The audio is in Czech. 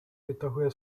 vytahuje